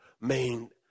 Main